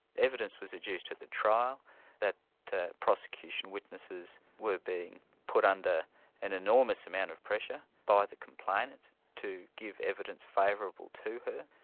evidence was adduced at the trial that prosecution witnesses were being put under an enormous amount of pressure by the complainant to give evidence favourable to her,